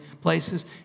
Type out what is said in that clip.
places